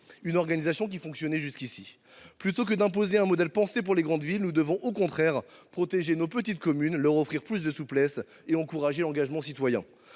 une organisation qui fonctionnait jusqu’à présent. Plutôt que d’imposer un modèle pensé pour les grandes villes, nous devons au contraire protéger nos petites communes, leur offrir plus de souplesse et encourager l’engagement citoyen.